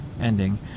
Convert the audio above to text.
ending